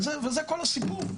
וזה כל הסיפור.